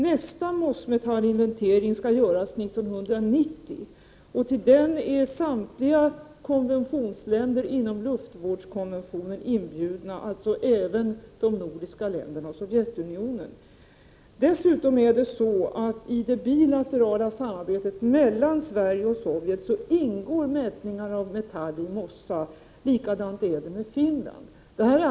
Nästa mossmetallinventering skall göras 1990, och till den är samtliga konventionsländer inom luftvårdskonventionen inbjudna, alltså även de nordiska länderna och Sovjetunionen. Dessutom ingår mätningar av metall i mossa i det bilaterala samarbetet mellan Sverige och Sovjet. Likadant är det med Finland.